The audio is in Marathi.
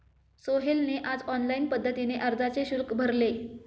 सोहेलने आज ऑनलाईन पद्धतीने अर्जाचे शुल्क भरले